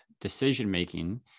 decision-making